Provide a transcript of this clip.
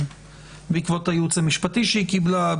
בעקבות הייעוץ המשפטי שהיא קיבלה,